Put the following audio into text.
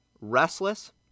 restless